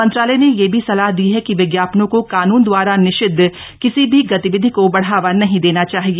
मंत्रालय ने यह भी सलाह दी है कि विज्ञापनों को कानून दवारा निषिद किसी भी गतिविधि को बढ़ावा नहीं देना चाहिए